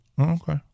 Okay